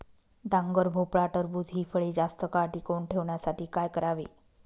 डांगर, भोपळा, टरबूज हि फळे जास्त काळ टिकवून ठेवण्यासाठी काय करावे?